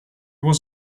was